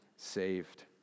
saved